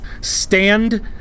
Stand